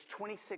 26